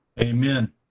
Amen